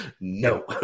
No